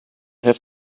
have